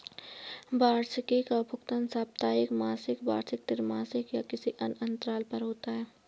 वार्षिकी का भुगतान साप्ताहिक, मासिक, वार्षिक, त्रिमासिक या किसी अन्य अंतराल पर होता है